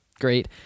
great